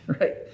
right